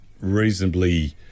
reasonably